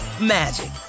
magic